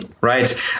Right